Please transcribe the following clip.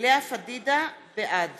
בעד